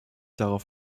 darauf